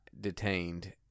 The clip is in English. detained